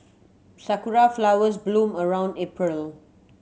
sakura flowers bloom around April